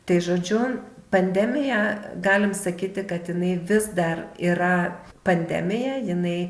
tai žodžiu pandemija galime sakyti katinai vis dar yra pandemija jinai